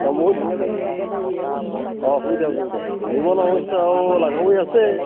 অঁ বহুত দিছে অঁ সুবিধা সুবিধা হৈছে নিবনুৱা সমস্যাও আছে